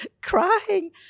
crying